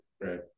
right